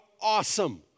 awesome